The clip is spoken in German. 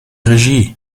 regie